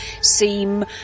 seem